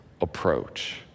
approach